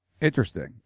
Interesting